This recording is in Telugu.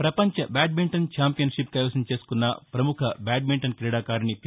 ప్రపంచ బ్యాడ్నింటన్ చాంపియన్ షిప్ను కైవసం చేసుకున్న ప్రముఖ బ్యాడ్నింటన్ క్రీడాకారిణి పి